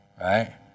right